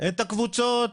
את הקבוצות,